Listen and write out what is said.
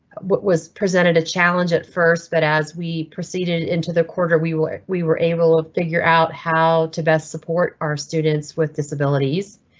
was presented a challenge at first. but as we proceeded into the quarter, we were we were able to ah figure out how to best support our students with disabilities.